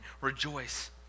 rejoice